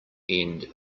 end